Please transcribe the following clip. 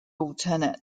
alternate